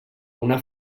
una